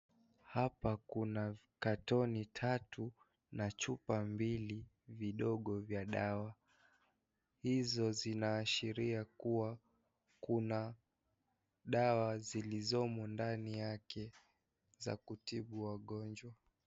Apa kuna katoni tatu na chupa mbili vidogo vya dawa, hizo zinaashiria kuwa kuna dawa zilizomo ndani yake za kutibu wagonjwa.